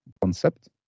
concept